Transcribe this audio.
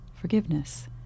forgiveness